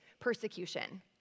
persecution